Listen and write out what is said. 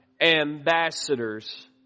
ambassadors